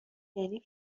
یعنی